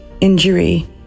injury